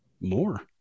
more